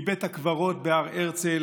היא בית הקברות בהר הרצל,